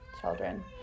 Children